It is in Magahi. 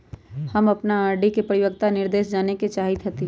हम अपन आर.डी के परिपक्वता निर्देश जाने के चाहईत हती